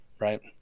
right